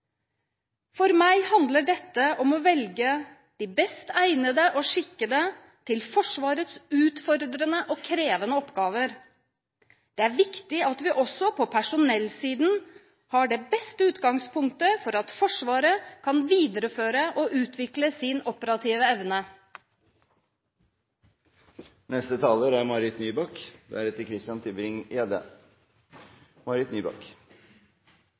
For meg handler dette om å velge de best egnede og skikkede til Forsvarets utfordrende og krevende oppgaver. Det er viktig at vi også på personellsiden har det beste utgangspunktet for at Forsvaret kan videreføre og utvikle sin operative